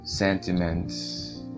Sentiments